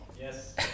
Yes